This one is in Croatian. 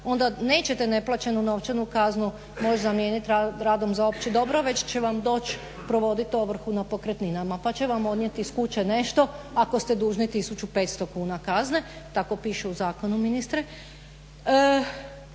onda nećete neplaćenu novčanu kaznu moći zamijenit radom za opće dobro već će vam doći provodit ovrhu na pokretninama pa će vam odnijet iz kuće nešto ako ste dužni 1500 kuna kazne, tako piše u zakonu ministre.